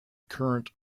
current